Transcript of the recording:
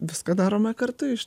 viską darome kartu iš